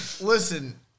Listen